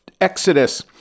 Exodus